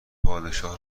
پادشاه